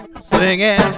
singing